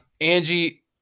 Angie